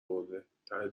برده، ته